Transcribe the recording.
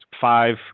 five